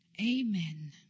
Amen